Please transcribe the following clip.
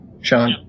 Sean